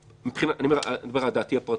ואני אומר את דעתי הפרטית.